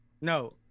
No